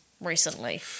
recently